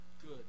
good